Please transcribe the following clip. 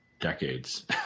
decades